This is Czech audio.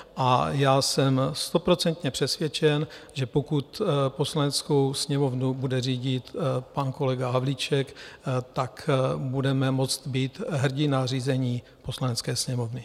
A já jsem stoprocentně přesvědčen, že pokud Poslaneckou sněmovnu bude řídit pan kolega Havlíček, budeme moct být hrdi na řízení Poslanecké sněmovny.